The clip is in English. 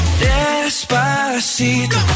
Despacito